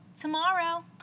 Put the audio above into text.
tomorrow